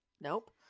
nope